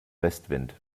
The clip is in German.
westwind